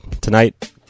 tonight